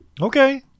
Okay